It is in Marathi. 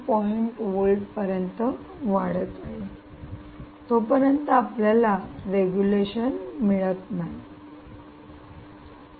5 व्होल्ट पर्यंत वाढतं आहे तोपर्यंत आपल्याला रेगुलेशन मिळत नाही